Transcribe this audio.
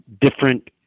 different